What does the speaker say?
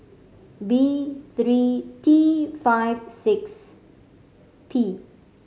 B three T five six P